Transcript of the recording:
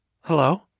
Hello